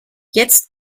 jetzt